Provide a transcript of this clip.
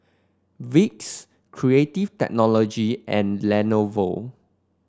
Vicks Creative Technology and Lenovo